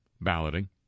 balloting